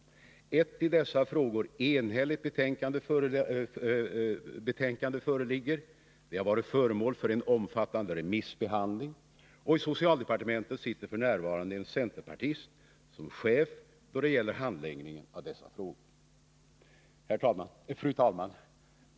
Ett i dessa frågor enhälligt betänkande föreligger, det har varit föremål för en omfattande remissbehandling, och i socialdepartementet sitter f.n. en centerpartist som chef då det gäller handläggningen av dessa frågor. Fru talman!